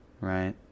right